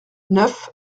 neuf